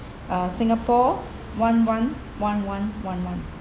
uh singapore one one one one one one